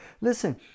Listen